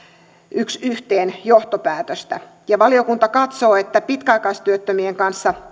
yks yhteen johtopäätöstä valiokunta katsoo että pitkäaikaistyöttömien kanssa